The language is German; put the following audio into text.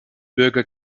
bürger